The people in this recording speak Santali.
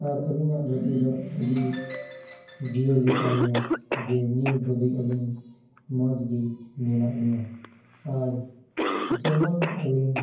ᱟᱨ ᱟᱹᱞᱤᱧᱟᱜ ᱜᱟᱛᱮ ᱫᱚ ᱟᱹᱰᱤ ᱜᱮ ᱡᱤᱭᱟᱹᱲ ᱜᱮᱛᱟᱞᱤᱧᱟ ᱡᱮ ᱱᱤᱛ ᱫᱷᱟᱹᱵᱤᱡ ᱟᱹᱞᱤᱧ ᱢᱚᱡᱽ ᱜᱮ ᱢᱮᱱᱟᱜ ᱞᱤᱧᱟ ᱟᱨ ᱡᱮᱢᱚᱱ ᱟᱹᱞᱤᱧ